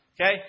Okay